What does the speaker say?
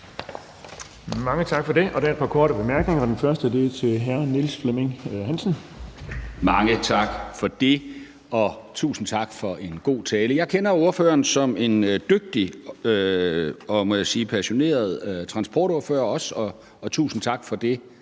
Mange tak for det. Der er et par korte bemærkninger, og den første er til hr. Niels Flemming Hansen. Kl. 18:36 Niels Flemming Hansen (KF): Mange tak for det, og tusind tak for en god tale. Jeg kender ordføreren som en dygtig og, må jeg sige, passioneret transportordfører, og også tusind tak for det